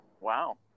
Wow